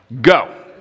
Go